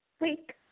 week